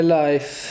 life